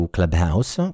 Clubhouse